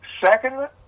Second